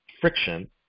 friction